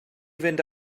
fynd